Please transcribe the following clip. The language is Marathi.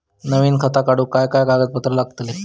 नवीन खाता काढूक काय काय कागदपत्रा लागतली?